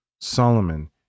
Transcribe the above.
Solomon